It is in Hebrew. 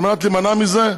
על מנת להימנע מזה,